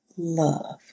love